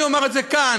אני אומר את זה כאן: